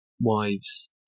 Wives